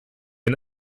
den